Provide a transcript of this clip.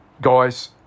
Guys